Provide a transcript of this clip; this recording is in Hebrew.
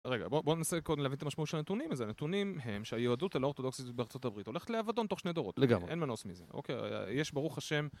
רגע בוא בוא ננסה קודם להבין את המשמעות של הנתונים הנתונים הם שהיהדות הלא אורתודוקסית בארה״ב הולכת לאבדון תוך שני דורות לגמרי אין מנוס מזה אוקיי יש ברוך השם